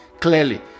clearly